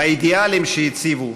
באידיאלים שהציבו,